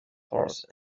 horse